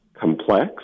complex